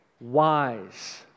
wise